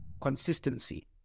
consistency